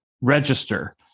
register